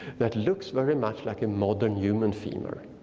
that looks very much like a modern human femur.